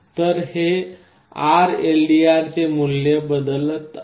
तर हे RLDR चे मूल्य बदलत आहे